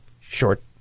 short